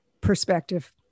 perspective